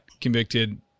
convicted